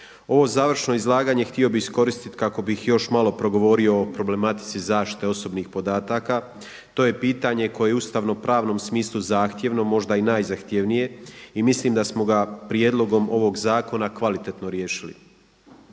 Ovo završno izlaganje htio bih iskoristiti kako bih još malo progovorio o problematici zaštite osobnih podataka. To je pitanje koje u ustavnopravnom smislu zahtjevno, možda i najzahtjevnije i mislim da smo ga prijedlogom ovog zakona kvalitetno riješili.